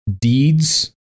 deeds